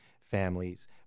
families